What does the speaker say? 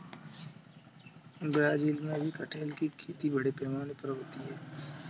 Brazil में भी कटहल की खेती बड़े पैमाने पर होती है